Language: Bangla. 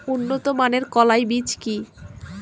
উন্নত মানের কলাই বীজ কি?